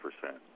percent